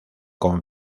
con